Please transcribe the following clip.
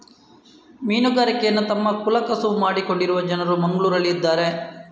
ಮೀನುಗಾರಿಕೆಯನ್ನ ತಮ್ಮ ಕುಲ ಕಸುಬು ಮಾಡಿಕೊಂಡಿರುವ ಜನ ಮಂಗ್ಳುರಲ್ಲಿ ಇದಾರೆ